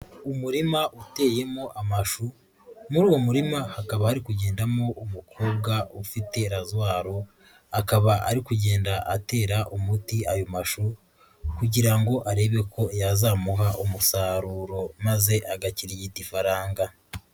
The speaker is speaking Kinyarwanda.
Umurima uteyemo amashu, muri uwo murima hakaba hari kugendamo umukobwa ufite lazwaro, akaba ari kugenda atera umuti ayo mashu, kugira ngo arebe ko yazamuha umusaruro maze agakirigita ifaranga.